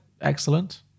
excellent